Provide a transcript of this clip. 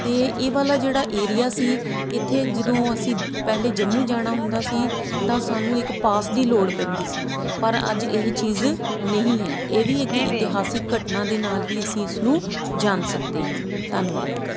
ਅਤੇ ਇਹ ਵਾਲਾ ਜਿਹੜਾ ਏਰੀਆ ਸੀ ਇੱਥੇ ਜਦੋਂ ਅਸੀਂ ਪਹਿਲਾਂ ਜੰਮੂ ਜਾਣਾ ਹੁੰਦਾ ਸੀ ਤਾਂ ਸਾਨੂੰ ਇੱਕ ਪਾਸ ਦੀ ਲੋੜ ਪੈਂਦੀ ਸੀ ਪਰ ਅੱਜ ਇਹ ਚੀਜ਼ ਨਹੀਂ ਹੈ ਇਹ ਵੀ ਇੱਕ ਇਤਿਹਾਸਿਕ ਘਟਨਾ ਦੇ ਨਾਲ ਹੀ ਅਸੀਂ ਇਸਨੂੰ ਜਾਣ ਸਕਦੇ ਹਾਂ ਧੰਨਵਾਦ